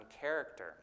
character